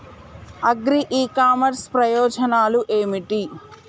Agri e commerce ప్రయోజనాలు ఏమిటి?